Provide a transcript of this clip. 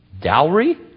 Dowry